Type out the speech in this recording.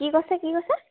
কি কৈছে কি কৈছে